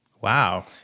Wow